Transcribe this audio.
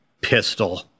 Pistol